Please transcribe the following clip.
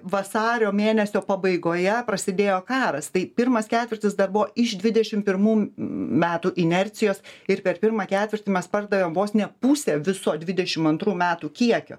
vasario mėnesio pabaigoje prasidėjo karas tai pirmas ketvirtis dar buvo iš dvidešim pirmų metų inercijos ir per pirmą ketvirtį mes pardavėm vos ne pusę viso dvidešim antrų metų kiekio